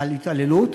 על התעללות,